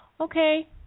Okay